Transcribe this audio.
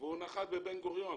והוא נחת בבן גוריון.